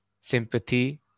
sympathy